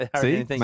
See